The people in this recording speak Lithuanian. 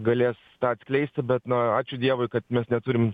galės atskleisti bet na ačiū dievui kad mes neturim